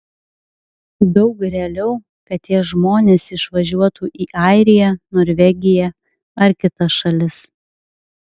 daug realiau kad tie žmonės išvažiuotų į airiją norvegiją ar kitas šalis